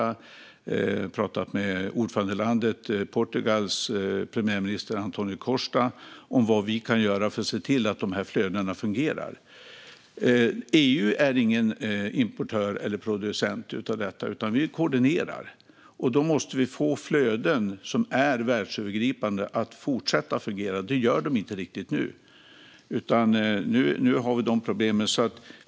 Jag har också pratat med ordförandelandet Portugals premiärminister António Costa om vad vi kan göra för att se till att dessa flöden fungerar. EU är ingen producent eller importör av detta, utan vi koordinerar. Då måste vi få flöden som är världsövergripande att fortsätta fungera, och det gör de inte riktigt nu.